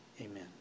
Amen